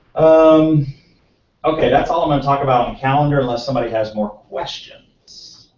um okay that's all i'm gonna talk about on calendar unless somebody has more questions?